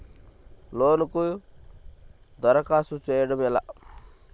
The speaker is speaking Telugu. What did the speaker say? లోనుకి దరఖాస్తు చేయడము ఎలా?